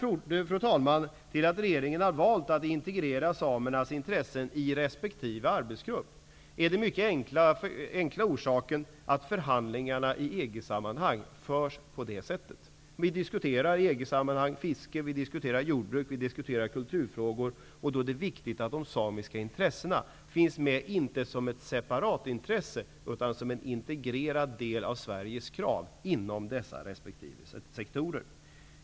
Den mycket enkla orsaken till att regeringen har valt att integrera samernas intressen i resp. arbetsgrupp är att förhandlingar i EG sammanhang förs på det sättet. Vi diskuterar bl.a. fiske, jordbruk, kulturfrågor, och då är det viktigt att de samiska intressena finns med, inte som ett separat intresse utan som en integrerad del av Sveriges krav inom dessa sektorer.